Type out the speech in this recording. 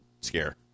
scare